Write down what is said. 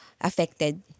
affected